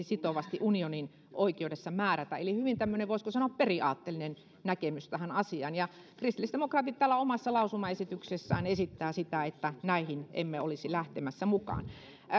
sitovasti unionin oikeudessa määrätä eli hyvin tämmöinen voisiko sanoa periaatteellinen näkemys tähän asiaan ja kristillisdemokraatit täällä omassa lausumaesityksessään esittävät sitä että näihin emme olisi lähtemässä mukaan